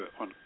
on